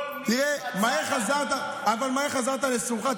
כל מי שרצה, אבל מהר חזרת לסורך.